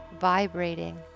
vibrating